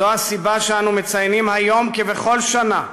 זו הסיבה שאנו מציינים היום, כבכל שנה,